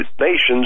Nations